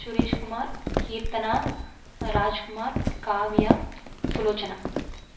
Sureshkumar Keerthana Rajkumar Kavya Sulochana